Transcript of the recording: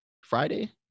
Friday